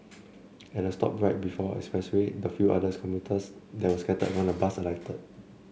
at the stop right before the expressway the few other commuters that were scattered around the bus alighted